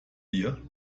dir